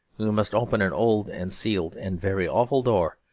we must open an old and sealed and very awful door,